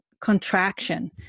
contraction